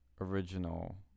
original